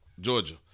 Georgia